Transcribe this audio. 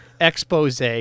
expose